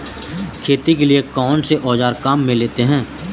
खेती के लिए कौनसे औज़ार काम में लेते हैं?